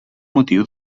motiu